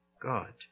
God